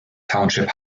township